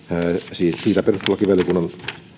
siitä perustuslakivaliokunnan